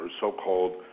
so-called